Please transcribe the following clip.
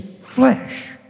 flesh